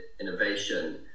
innovation